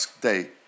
day